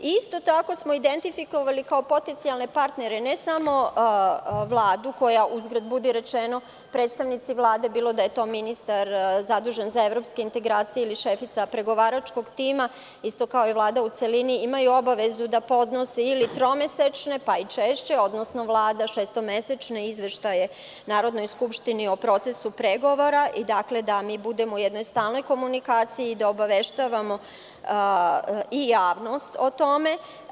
Isto tako, identifikovali smo, kao potencijalne partnere, ne samo Vladu, uzgred budi rečeno i predstavnici Vlade, bilo da je to ministar zadužen za evropske integracije ili šefica pregovaračkog tima koji, isto kao i Vlada, u celini, imaju obavezu da podnose tromesečne, pa i češće, odnosno Vlada šestomesečne izveštaje Narodnoj skupštini o procesu pregovora, da budemo u jednoj stalnoj komunikaciji i da obaveštavamo javnost o tome.